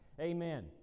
amen